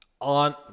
On